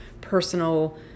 personal